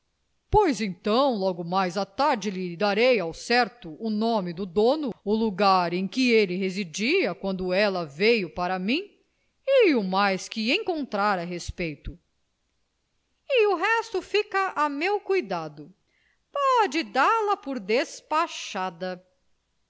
pois então logo mais à tarde lhe darei ao certo o nome do dono o lugar em que ele residia quando ela veio para mim e o mais que encontrar a respeito e o resto fica a meu cuidado pode dá-la por despachada